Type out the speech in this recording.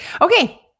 Okay